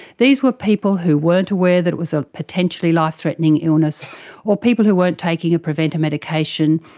these were people who weren't aware that it was a potentially life-threatening illness or people who weren't taking a preventer medication,